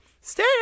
stay